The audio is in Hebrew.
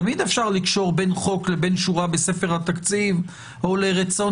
תמיד אפשר לקשור בין חוק לבין שורה בספר התקציב או לרצון